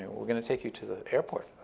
we're going to take you to the airport,